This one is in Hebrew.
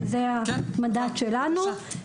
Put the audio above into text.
זה המנדט שלנו.